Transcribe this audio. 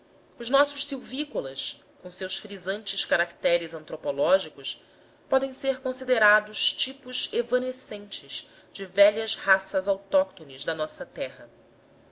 os nossos silvícolas com seus frisantes caracteres antropológicos podem ser considerados tipos evanescentes de velhas raças autóctones da nossa terra